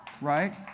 right